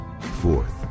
Fourth